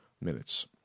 minutes